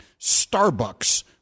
Starbucks